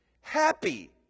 happy